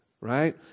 right